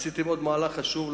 עשיתם עוד מהלך חשוב,